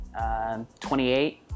28